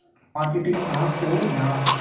Marketing कहाक को जाहा?